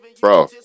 Bro